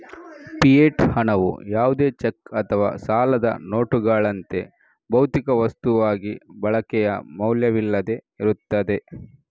fiat ಹಣವು ಯಾವುದೇ cheque ಅಥವಾ ಸಾಲದ ನೋಟುಗಳಂತೆ, ಭೌತಿಕ ವಸ್ತುವಾಗಿ ಬಳಕೆಯ ಮೌಲ್ಯವಿಲ್ಲದೆ ಇರುತ್ತದೆ